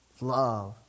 Love